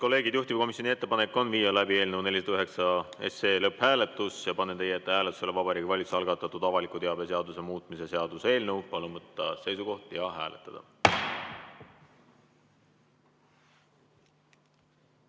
kolleegid, juhtivkomisjoni ettepanek on viia läbi eelnõu 409 lõpphääletus. Panen teie ette hääletusele Vabariigi Valitsuse algatatud avaliku teabe seaduse muutmise seaduse eelnõu. Palun võtta seisukoht ja hääletada!